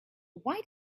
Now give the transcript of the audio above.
why